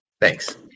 Thanks